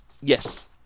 Yes